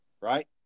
right